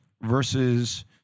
versus